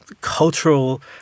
cultural